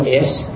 ifs